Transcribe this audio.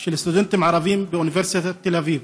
של סטודנטים ערבים באוניברסיטת תל אביב.